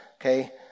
Okay